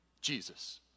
Jesus